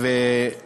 וגם